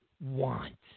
want